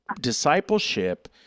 discipleship